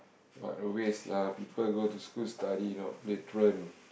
what a waste lah people go to school study you know play truant